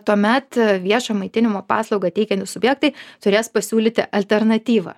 tuomet viešo maitinimo paslaugą teikiantys subjektai turės pasiūlyti alternatyvą